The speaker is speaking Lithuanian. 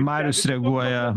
marius reaguoja